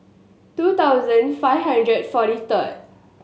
two thousand five hundred and forty third